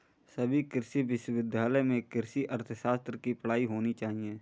सभी कृषि विश्वविद्यालय में कृषि अर्थशास्त्र की पढ़ाई होनी चाहिए